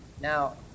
Now